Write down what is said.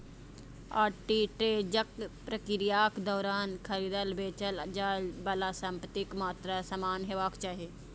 आर्बिट्रेजक प्रक्रियाक दौरान खरीदल, बेचल जाइ बला संपत्तिक मात्रा समान हेबाक चाही